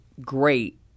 great